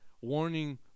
warning